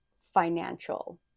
financial